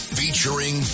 featuring